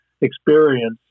experience